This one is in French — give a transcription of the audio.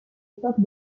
époque